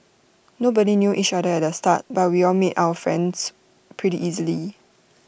nobody knew each other at the start but we all made our friends pretty easily